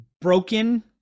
broken